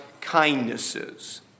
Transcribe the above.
kindnesses